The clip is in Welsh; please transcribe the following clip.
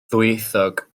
ddwyieithog